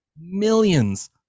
millions